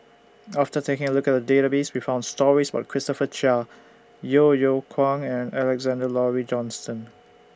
after taking A Look At The Database We found stories about Christopher Chia Yeo Yeow Kwang and Alexander Laurie Johnston